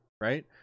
Right